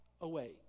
away